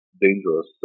dangerous